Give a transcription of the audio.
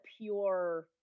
pure